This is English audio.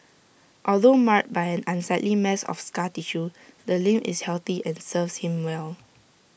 although marred by an unsightly mass of scar tissue the limb is healthy and serves him well